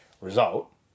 result